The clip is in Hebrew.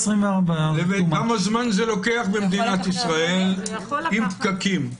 כמה זמן זה לוקח במדינת ישראל עם פקקים?